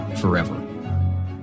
forever